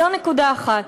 זו נקודה אחת.